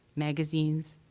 magazines,